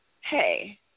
Hey